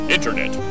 Internet